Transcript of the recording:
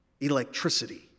electricity